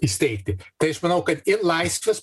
įsteigti tai aš manau kad ir laisvės